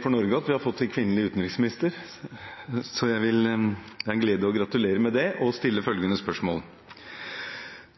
har fått en kvinnelig utenriksminister, så det er en glede å gratulere med det og stille følgende spørsmål: